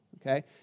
okay